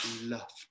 loved